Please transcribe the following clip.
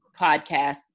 podcast